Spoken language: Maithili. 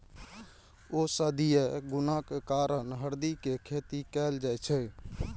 औषधीय गुणक कारण हरदि के खेती कैल जाइ छै